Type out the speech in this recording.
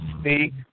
speak